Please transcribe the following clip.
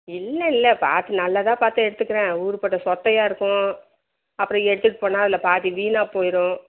இல்லை இல்லை பார்த்து நல்லதாக பார்த்து எடுத்துக்கிறேன் ஊருப்பட்ட சொத்தையாக இருக்கும் அப்புறம் எடுத்துகிட்டு போனால் அதில் பாதி வீணாகப் போயிடும்